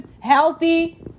healthy